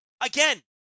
Again